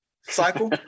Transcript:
cycle